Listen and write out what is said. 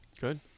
Good